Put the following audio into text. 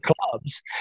clubs